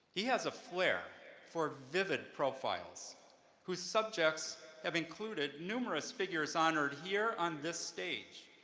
he has a flair for vivid profiles whose subjects have included numerous figures honored here on this stage,